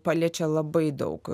paliečia labai daug